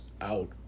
out